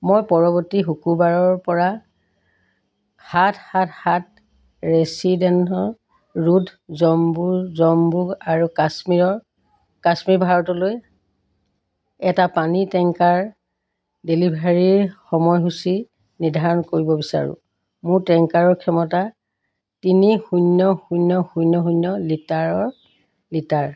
মই পৰৱৰ্তী শুক্ৰবাৰৰ পৰা সাত সাত সাত ৰেচিডেন্সি ৰোড জম্মু জম্মু আৰু কাশ্মীৰৰ কাশ্মীৰ ভাৰতলৈ এটা পানীৰ টেংকাৰ ডেলিভাৰীৰ সময়সূচী নিৰ্ধাৰণ কৰিব বিচাৰোঁ মোৰ টেংকাৰৰ ক্ষমতা তিনি শূন্য শূন্য শূন্য শূন্য লিটাৰৰ লিটাৰ